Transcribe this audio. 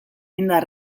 indar